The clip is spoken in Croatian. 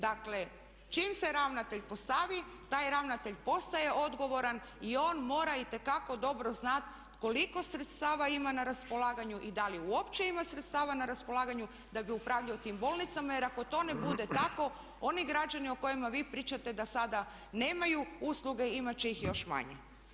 Dakle, čim se ravnatelj postavi taj ravnatelj postaje odgovoran i on mora itekako dobro znati koliko sredstava ima na raspolaganju i da li uopće ima sredstava na raspolaganju da bi upravljao tim bolnicama jer ako to ne bude tako oni građani o kojima vi pričate da sada nemaju usluge imat će ih još manje.